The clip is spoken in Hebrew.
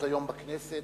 בכנסת.